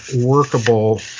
workable